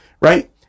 Right